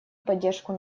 поддержку